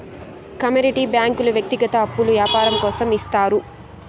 commodity బ్యాంకుల వ్యక్తిగత అప్పులు యాపారం కోసం ఇత్తారు